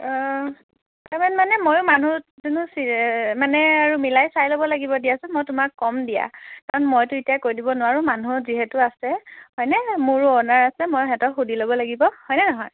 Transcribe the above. অঁ ইমান মানে ময়ো মানুহ দুনুহ চি মানে আৰু মিলাই চাই ল'ব লাগিব দিয়াচোন মই তোমাক ক'ম দিয়া কাৰণ মইতো এতিয়াই কৈ দিব নোৱাৰোঁ মানুহ যিহেতু আছে হয়নে মোৰো অ'ওনাৰ আছে মই সিহঁতক সুধি ল'ব লাগিব হয়নে নহয়